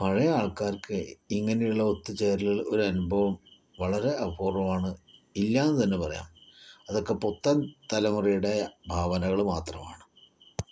പഴയ ആൾക്കാർക്ക് ഇങ്ങനെയുള്ള ഒത്തുചേരലുകള് ഒരനുഭവം വളരെ അപൂർവമാണ് ഇല്ലാന്ന് തന്നെ പറയാം അതൊക്കെ പുത്തൻ തലമുറയുടെ ഭാവനകള് മാത്രമാണ്